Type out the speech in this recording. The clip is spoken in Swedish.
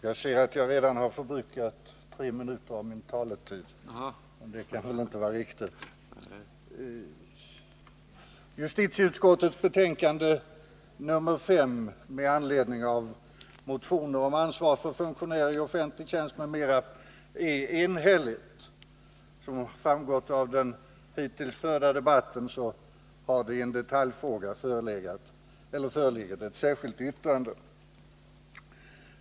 Herr talman! Justitieutskottets betänkande nr 5 med anledning av motioner om ansvar för funktionärer i offentlig verksamhet m.m. är enhälligt, men såsom framgått av den hittills förda debatten föreligger det i en detaljfråga ett särskilt yttrande.